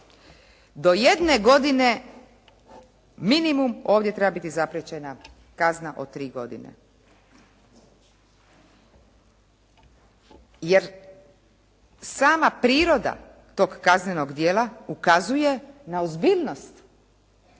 Do jedne godine minimum ovdje treba biti zapriječena kazna od tri godine. jer sama priroda tog kaznenog djela ukazuje na ozbiljnost